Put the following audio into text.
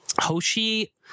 Hoshi